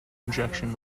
injection